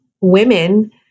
women